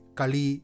kali